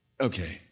Okay